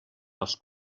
els